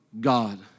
God